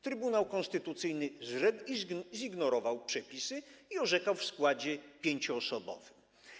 Trybunał Konstytucyjny zignorował przepisy i orzekał w składzie 5-osobowym.